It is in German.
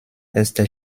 erster